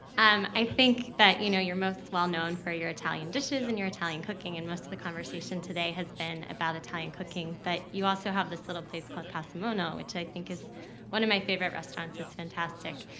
um i think that you know your most well-known for your italian dishes and your italian cooking and most of the conversation today has been about italian cooking, but you also have this little place called casa mono, which i think is one of my favorite restaurants. it's fantastic.